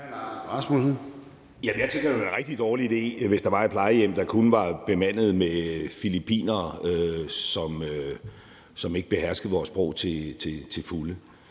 Jeg tænker, det ville være en rigtig dårlig idé, hvis der var et plejehjem, der kun var bemandet med filippinere, som ikke beherskede vores sprog til fulde.